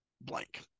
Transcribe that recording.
blank